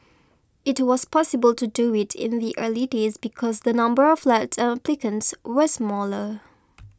it was possible to do it in the early days because the number of flats and applicants were smaller